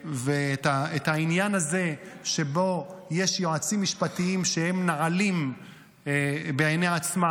ואת העניין הזה שבו יש יועצים משפטיים שהם שנעלים בעיני עצמם,